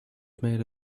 made